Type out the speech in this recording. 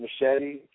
Machete